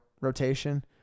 rotation